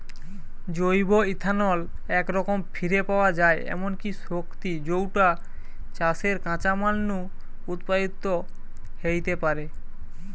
জৈব ইথানল একরকম ফিরে পাওয়া যায় এমনি শক্তি যৌটা চাষের কাঁচামাল নু উৎপাদিত হেইতে পারে